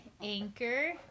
Anchor